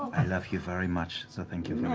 i love you very much, so thank you